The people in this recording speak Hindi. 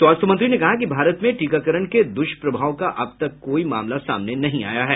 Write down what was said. स्वास्थ्य मंत्री ने कहा कि भारत में टीकाकरण के द्ष्प्रभाव का अब तक कोई मामला सामने नहीं आया है